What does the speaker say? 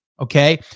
okay